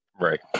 right